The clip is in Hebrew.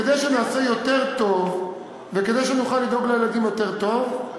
כדי שנעשה יותר טוב וכדי שנוכל לדאוג לילדים יותר טוב,